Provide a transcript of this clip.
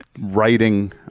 writing